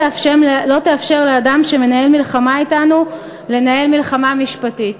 תאפשר לאדם שמנהל מלחמה אתנו לנהל מלחמה משפטית.